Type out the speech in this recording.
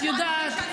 את יודעת,